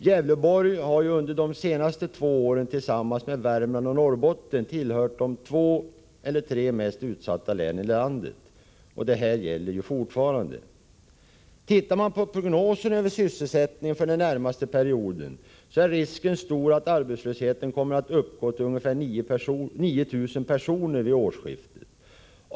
Gävleborg har under de senaste två åren, tillsammans med Värmland och Norrbotten, tillhört de mest utsatta länen i landet. Detta gäller fortfarande. Tittar man på prognosen för sysselsättningen under den närmaste perioden, finner man att risken är stor för att arbetslösheten kommer att uppgå till ungefär 9 000 personer vid årsskiftet.